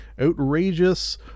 outrageous